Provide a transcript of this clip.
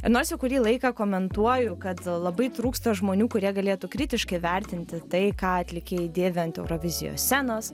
nors jau kurį laiką komentuoju kad labai trūksta žmonių kurie galėtų kritiškai vertinti tai ką atlikėjai dėvi ant eurovizijos scenos